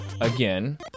again